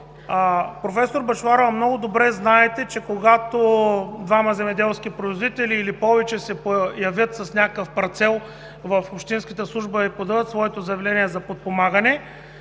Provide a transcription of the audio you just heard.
Професор Бъчварова, много добре знаете, че когато двама или повече земеделски производители се появят с някакъв парцел в общинската служба и подадат своето заявление за подпомагане,